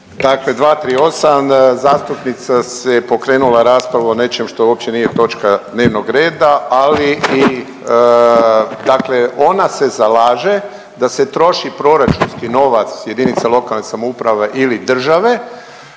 Tako je 238. Zastupnica je pokrenula raspravu o nečem što uopće nije točka dnevnog reda, ali i dakle ona se zalaže da se troši proračunski novac jedinice lokalne samouprave ili države